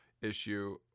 issue